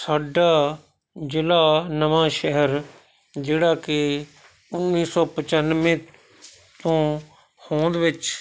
ਸਾਡਾ ਜ਼ਿਲ੍ਹਾ ਨਵਾਂਸ਼ਹਿਰ ਜਿਹੜਾ ਕਿ ਉੱਨੀ ਸੌ ਪਚਾਨਵੇਂ ਤੋਂ ਹੋਂਦ ਵਿੱਚ